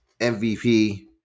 MVP